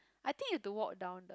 I think you've to walk down the